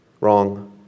Wrong